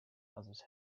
others